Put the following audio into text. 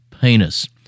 penis